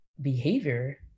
behavior